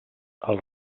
els